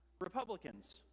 Republicans